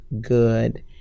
good